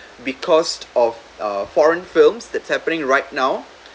because of uh foreign films that's happening right now